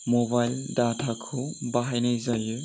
mobile दाताखौ बाहायनाय जायो